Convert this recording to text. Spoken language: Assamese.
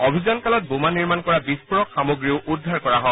অভিযানকালত বোমা নিৰ্মাণ কৰা বিস্ফোৰক সামগ্ৰীও উদ্ধাৰ কৰা হয়